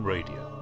Radio